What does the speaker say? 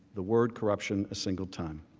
the word corruption, a single time.